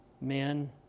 men